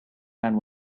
and